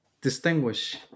distinguish